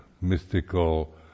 mystical